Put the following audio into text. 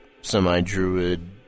semi-Druid